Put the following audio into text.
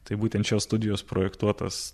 tai būtent šios studijos projektuotas